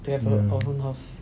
to have a our own house